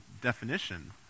definition